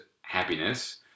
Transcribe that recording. happiness